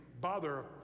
bother